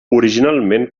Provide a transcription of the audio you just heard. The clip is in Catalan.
originalment